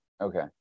Okay